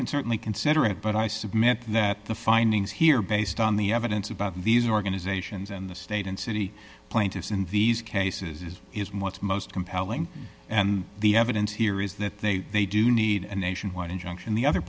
can certainly consider it but i submit that the findings here based on the evidence about these organizations and the state and city plaintiffs in these cases is what's most compelling the evidence here is that they they do need and nationwide injunction the other